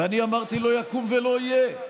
ואני אמרתי: לא יקום ולא יהיה,